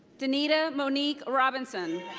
danita monique robinson.